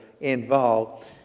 involved